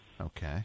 Okay